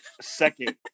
second